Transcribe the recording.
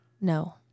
No